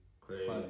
crazy